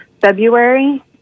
february